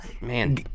man